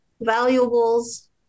valuables